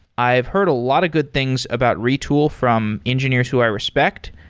i've heard a lot of good things about retool from engineers who i respect.